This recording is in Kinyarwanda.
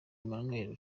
emmanuel